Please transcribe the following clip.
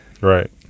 Right